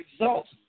results